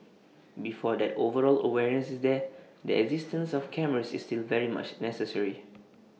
before that overall awareness is there the existence of cameras is still very much necessary